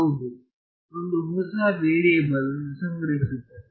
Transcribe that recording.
ಹೌದು ಒಂದು ಹೊಸ ವೇರಿಯಬಲ್ ಅನ್ನು ಸಂಗ್ರಹಿಸುತ್ತದೆ